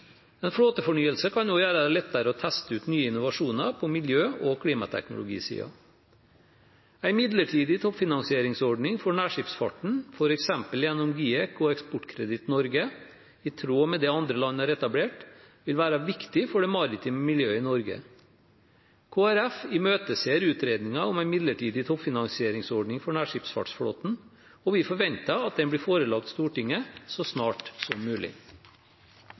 En flåtefornyelse kan også gjøre det lettere å teste ut nye innovasjoner på miljø- og klimateknologisiden. En midlertidig toppfinansieringsordning for nærskipsfarten, f.eks. gjennom GIEK og Eksportkreditt Norge, i tråd med det andre land har etablert, vil være viktig for det maritime miljøet i Norge. Kristelig Folkeparti imøteser utredningen om en midlertidig toppfinansieringsordning for nærskipsfartsflåten, og vi forventer at den blir forelagt Stortinget så snart som mulig.